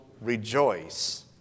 rejoice